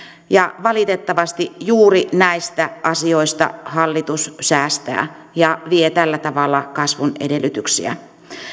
valitettavasti juuri näistä asioista hallitus säästää ja vie tällä tavalla kasvun edellytyksiä